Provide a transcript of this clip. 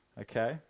Okay